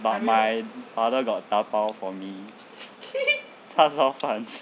but my mother got 打包 for me 叉烧饭